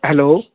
hello